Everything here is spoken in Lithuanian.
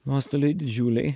nuostoliai didžiuliai